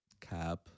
Cap